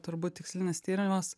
turbūt tikslinis tyrimas